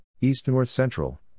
East-North-Central